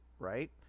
right